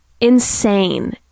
insane